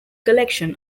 collection